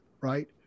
right